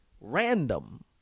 random